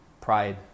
pride